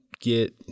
get